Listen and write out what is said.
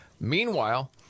Meanwhile